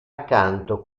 accanto